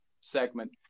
segment